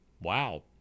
Wow